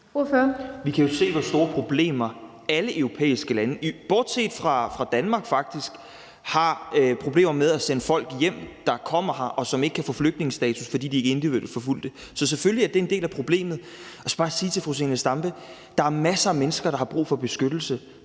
Vi kan jo se, hvor store problemer alle europæiske lande, faktisk bortset fra Danmark, har med at sende folk hjem, der kommer hertil og ikke kan få flygtningestatus, fordi de ikke er individuelt forfulgt. Så selvfølgelig er det en del af problemet. Så vil jeg bare sige til fru Zenia Stampe, at der er masser af mennesker, der har brug for beskyttelse.